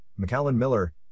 McAllen-Miller